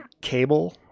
cable